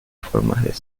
formas